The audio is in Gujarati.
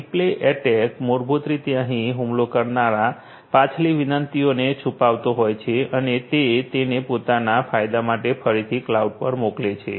રિપ્લે એટેક મૂળભૂત રીતે અહીં હુમલો કરનાર પાછલી વિનંતીઓને છુપાવતો હોય છે અને તે તેને પોતાના ફાયદા માટે ફરીથી ક્લાઉડ પર મોકલે છે